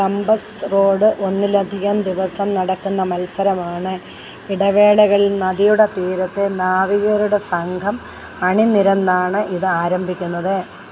പമ്പസ് റോഡ് ഒന്നിലധികം ദിവസം നടക്കുന്ന മത്സരമാണ് ഇടവേളകളിൽ നദിയുടെ തീരത്ത് നാവികരുടെ സംഘം അണിനിരന്നാണ് ഇത് ആരംഭിക്കുന്നത്